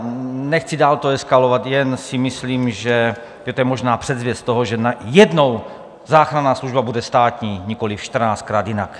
Nechci dál to eskalovat, jen si myslím, že to je možná předzvěst toho, že jednou záchranná služba bude státní, nikoliv čtrnáctkrát jinak.